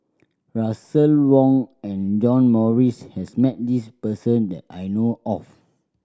Russel Wong and John Morrice has met this person that I know of